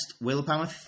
Willpower